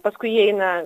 paskui įeina